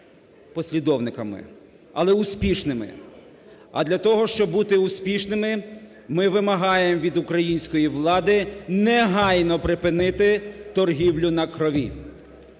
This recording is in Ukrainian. послідовниками, але успішними. А для того, щоб бути успішними, ми вимагаємо від української влади негайно припинити торгівлю на крові,